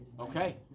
Okay